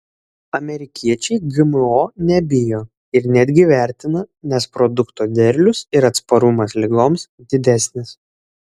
amerikiečiai gmo nebijo ir netgi vertina nes produkto derlius ir atsparumas ligoms didesnis